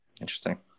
Interesting